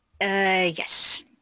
Yes